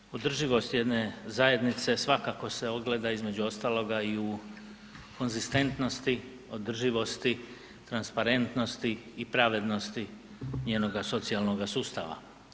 Snaga održivosti jedne zajednice svakako se ogleda između ostaloga i u konzistentnosti, održivosti, transparentnosti i pravednosti njenoga socijalnoga sustava.